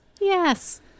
yes